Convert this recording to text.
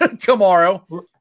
tomorrow